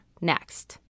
next